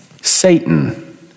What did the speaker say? Satan